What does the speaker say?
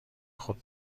خود